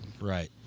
Right